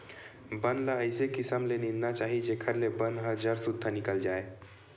बन ल अइसे किसम ले निंदना चाही जेखर ले बन ह जर सुद्धा निकल जाए